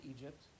Egypt